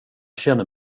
känner